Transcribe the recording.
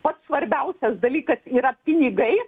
pats svarbiausias dalykas yra pinigai